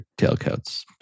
tailcoats